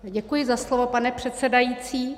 Děkuji za slovo, pane předsedající.